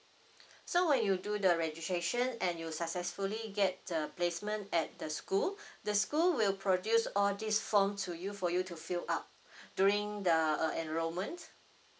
so when you do the registration and you successfully get the placement at the school the school will produce all this form to you for you to fill up during the uh enrollment